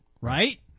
Right